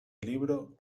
libro